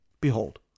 Behold